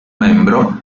membro